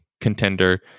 contender